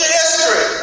history